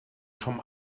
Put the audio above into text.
vom